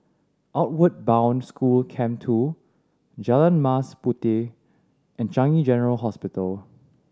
Outward Bound School Camp Two Jalan Mas Puteh and Changi General Hospital